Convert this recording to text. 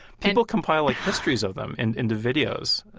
people compile, like histories of them and into videos.